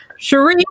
Sheree